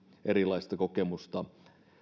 erilaista kokemusta